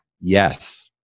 Yes